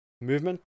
movement